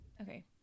okay